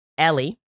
Ellie